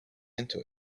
into